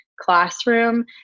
classroom